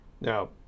now